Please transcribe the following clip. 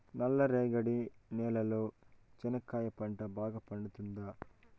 నల్ల రేగడి నేలలో చెనక్కాయ పంట బాగా పండుతుందా?